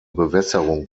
bewässerung